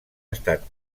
estat